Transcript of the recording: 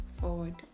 forward